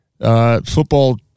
football